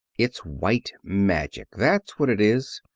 it's white magic, that's what it is.